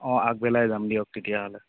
অঁ আগবেলাই যাম দিয়ক তেতিয়াহ'লে